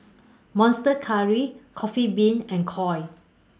Monster Curry Coffee Bean and Koi